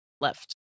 left